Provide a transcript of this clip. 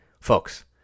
folks